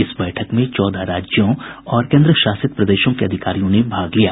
इस बैठक में चौदह राज्यों और केन्द्रशासित प्रदेशों के अधिकारियों ने भाग लिया